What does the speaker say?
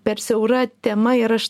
per siaura tema ir aš